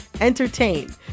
entertain